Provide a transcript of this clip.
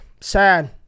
sad